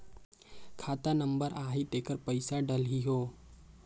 खाता नंबर आही तेकर पइसा डलहीओ?